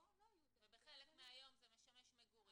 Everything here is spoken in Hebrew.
פה לא יהיו --- ושבחלק מהיום זה משמש מגורים,